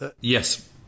Yes